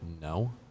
no